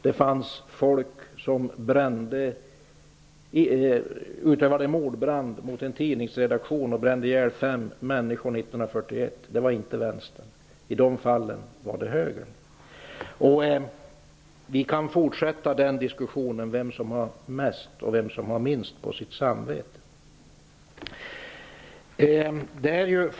Det fanns folk som utövade mordbrand mot en tidningsredaktion och brände ihjäl fem människor 1941. Det var inte vänstern. I de fallen var det högern. Vi kan fortsätta diskussionen om vem som har mest och vem som har minst på sitt samvete.